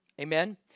Amen